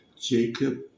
Jacob